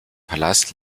palast